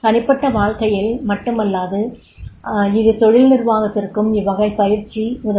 தனிப்பட்ட வாழ்க்கையில் மட்டுமல்லாமல் இது தொழில் நிர்வாகத்திற்கும் இவ்வகைப் பயிற்சி உதவும்